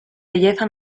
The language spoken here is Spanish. belleza